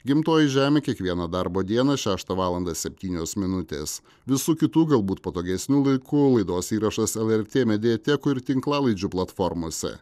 gimtoji žemė kiekvieną darbo dieną šeštą valandą septynios minutės visų kitų galbūt patogesniu laiku laidos įrašas lrt mediatekoj ir tinklalaidžių platformose